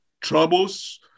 troubles